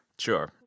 sure